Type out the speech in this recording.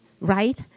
right